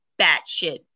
batshit